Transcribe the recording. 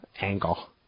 angle